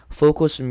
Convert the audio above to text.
focus